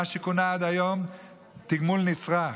מה שכונה עד היום תגמול נצרך,